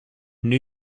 new